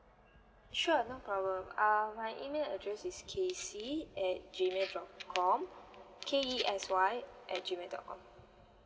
sure no problem um my email address is kesy at G mail dot com K E S Y at G mail dot com